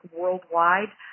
worldwide